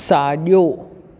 साॼो